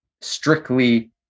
strictly